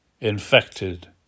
infected